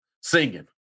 singing